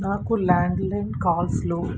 నాకు ల్యాండ్లైన్ కాల్స్లో